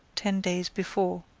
ten days before.